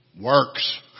works